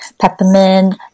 peppermint